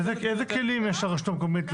איזה כלים יש לרשות המקומית?